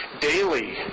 daily